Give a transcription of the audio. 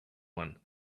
one